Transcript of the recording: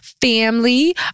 family